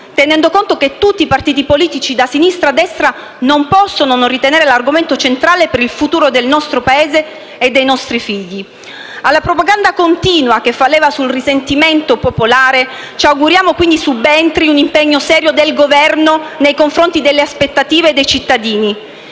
tenendo conto che tutti i partiti politici, da sinistra a destra, non possono non ritenere l'argomento centrale per il futuro del nostro Paese e dei nostri figli. Alla propaganda continua che fa leva sul risentimento popolare, ci auguriamo quindi subentri un impegno serio del Governo nei confronti delle aspettative dei cittadini.